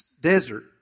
desert